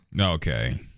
Okay